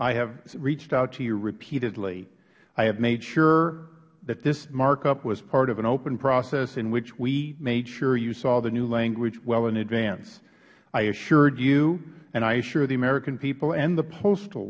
i have reached out to you repeatedly i have made sure that this markup was part of an open process in which we made sure you saw the new language well in advance i assured you and i assured the american people and the postal